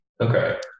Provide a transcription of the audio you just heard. okay